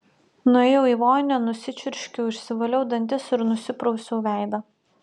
nuėjau į vonią nusičiurškiau išsivaliau dantis ir nusiprausiau veidą